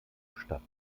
statt